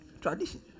Tradition